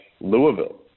Louisville